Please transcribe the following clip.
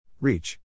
Reach